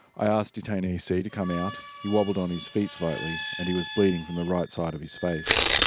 i asked detainee c to come out, he wobbled on his feet slightly and he was bleeding from the right side of his face.